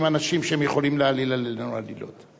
אנשים שיכולים להעליל עלינו עלילות.